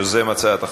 יוזם הצעת החוק.